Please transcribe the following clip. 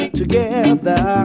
together